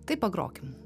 tai pagrokim